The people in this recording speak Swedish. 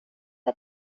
att